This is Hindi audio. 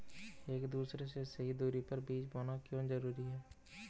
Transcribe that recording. एक दूसरे से सही दूरी पर बीज बोना क्यों जरूरी है?